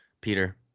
peter